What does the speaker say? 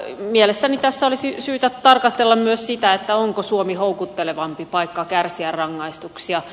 mielestäni tässä olisi syytä tarkastella myös sitä onko suomi houkuttelevampi paikka kärsiä rangaistuksia